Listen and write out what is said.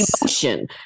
emotion